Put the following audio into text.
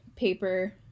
paper